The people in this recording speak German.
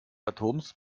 atoms